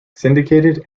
syndicated